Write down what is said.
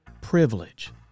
privilege